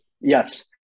Yes